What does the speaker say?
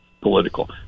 political